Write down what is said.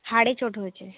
হাড়ে চোট হয়েছে